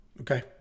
Okay